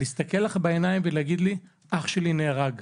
להסתכל לך בעיניים ולהגיד לך "אח שלי נהרג",